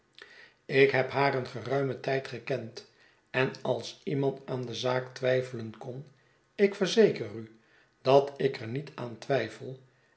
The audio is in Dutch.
ik heb haar een geruimen tijd gekend en als iemand aan de zaak twijfelen kon ik verzeker u dat ik er niet aan twijfel